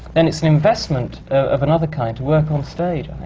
then it's an investment of another kind to work on stage.